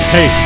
Hey